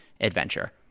adventure